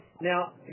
Now